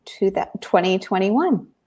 2021